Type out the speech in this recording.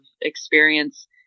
experience